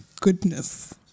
goodness